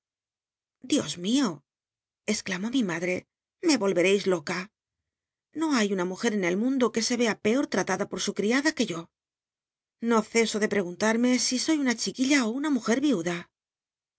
dios mio exclamó mi madre me rolrcreis loca no hay una mujer en el mundo qne se ca peor tratada por su criada que yo no ceso de egunl mmc si soy una chiquilla á una mujer riuda